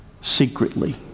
secretly